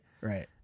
Right